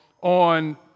on